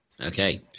Okay